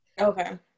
okay